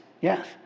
yes